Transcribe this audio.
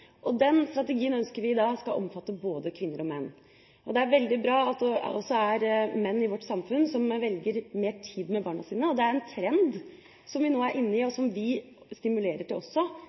Den strategien ønsker vi skal omfatte både kvinner og menn. Det er veldig bra at det også er menn i vårt samfunn som velger mer tid med barna sine. Det er en trend vi nå er inne i, og som vi også stimulerer til gjennom at vi endrer kjønnsroller som har vært veldig standhaftige og konservative også